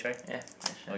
ya for sure